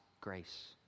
Grace